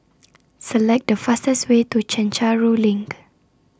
Select The fastest Way to Chencharu LINK